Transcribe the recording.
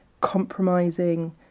compromising